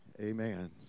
Amen